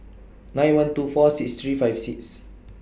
nine one two four six three five six